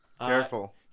Careful